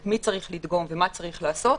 את מי צריך לדגום ומה צריך לעשות,